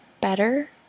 better